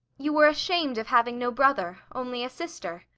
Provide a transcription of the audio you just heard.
you were ashamed of having no brother only a sister.